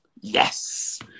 Yes